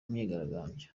myigaragambyo